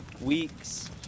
weeks